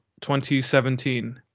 2017